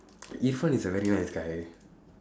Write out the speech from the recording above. yi fen is a very nice guy